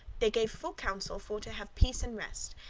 they gave full counsel for to have peace and rest,